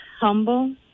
humble